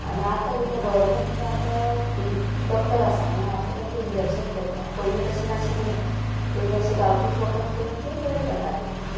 आनी आतां कितें गोवोरमेंट आतां इन डॉक्टर आसा न्हू आतां तेंका इंजेक्शन करता पयल्यो तशें नाशिल्लें पयलीं अशें गांवठीच वखद करून तीं बरीं जातालीं